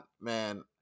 man